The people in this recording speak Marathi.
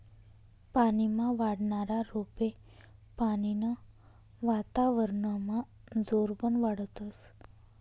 पानीमा वाढनारा रोपे पानीनं वातावरनमा जोरबन वाढतस